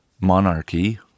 monarchy